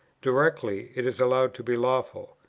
directly it is allowed to be lawful.